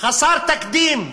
חסר תקדים.